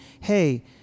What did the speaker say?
Hey